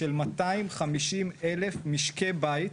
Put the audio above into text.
של 250,000 משקי בית,